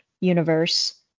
universe